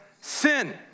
sin